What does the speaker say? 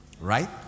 Right